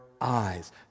Eyes